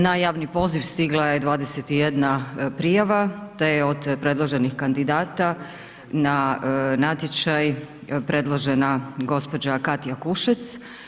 Na javni poziv stigla je 21 prijava te je od predloženih kandidata na natječaj predložena gđa. Katja Kušec.